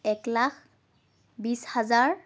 এক লাখ বিশ হেজাৰ